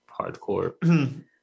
hardcore